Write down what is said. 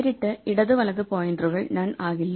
നേരിട്ട് ഇടത് വലത് പോയിന്ററുകൾ നൺ ആകില്ല